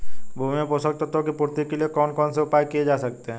भूमि में पोषक तत्वों की पूर्ति के लिए कौन कौन से उपाय किए जा सकते हैं?